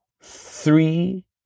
three